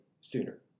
sooner